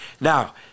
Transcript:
Now